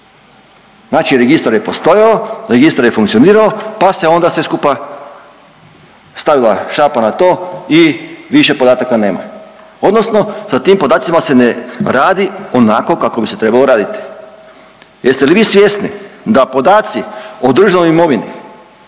Znači registar je postojao, registar je funkcionirao pa se onda sve skupa stavila šapa na to i više podataka nema. Odnosno, sa tim podacima se ne radi onako kako bi se trebalo raditi. Jeste li vi svjesni da podaci o državnoj imovini